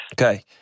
Okay